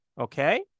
Okay